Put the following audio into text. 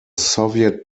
soviet